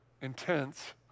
intense